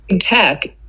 tech